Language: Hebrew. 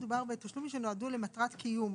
הנימוק הוא שבאמת מדובר בתשלומים שנועדו למטרת קיום,